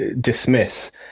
dismiss